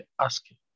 asking